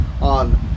on